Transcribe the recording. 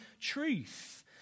truth